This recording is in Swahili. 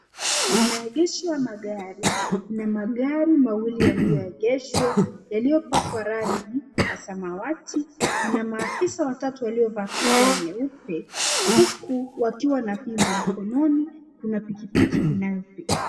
Ni maegesho ya magari. Kuna magari mawili yaliyoegeshwa yakiyopakwa rangi ya samawati. Kuna maafisa watatu waliovaa lofia nyeupe huku wakiwa na fimbo mkononi. Kuna pikipiki inayopita.